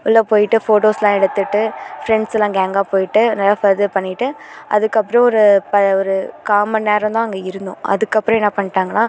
உள்ளே போயிட்டு ஃபோட்டோஸ்லாம் எடுத்துவிட்டு ஃப்ரெண்ட்ஸ்லாம் கேங்காக போயிட்டு நல்லா ஃபர்தர் பண்ணிவிட்டு அதுக்கப்புறம் ஒரு ப ஒரு கால் மணி நேரம் தான் அங்கே இருந்தோம் அதுக்கப்புறம் என்ன பண்ணிட்டாங்கன்னால்